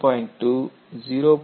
2 0